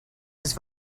his